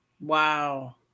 Wow